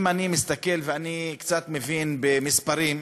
אם אני מסתכל, ואני קצת מבין במספרים,